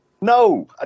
No